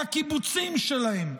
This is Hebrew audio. מהקיבוצים שלהם,